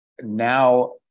now